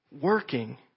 working